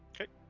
Okay